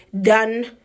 done